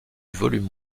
volume